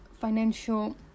financial